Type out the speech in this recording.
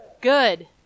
Good